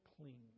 clean